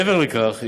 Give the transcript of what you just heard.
מעבר לכך,